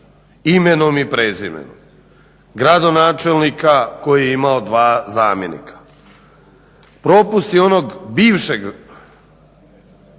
imenom i prezimenom gradonačelnika koji je imao dva zamjenika. Propusti onog bivšeg